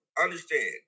understand